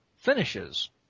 Finishes